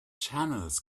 channels